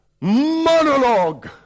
monologue